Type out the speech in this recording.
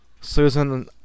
Susan